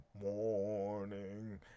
morning